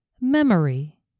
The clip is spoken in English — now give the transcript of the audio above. memory